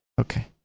Okay